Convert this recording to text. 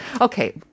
Okay